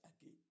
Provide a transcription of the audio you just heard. again